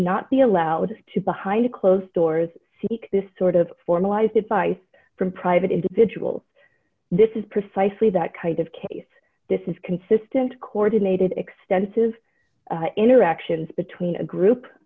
branch not be allowed to behind closed doors seek this sort of formalized advice from private individuals this is precisely that kind of case this is consistent coordinated extensive interactions between a group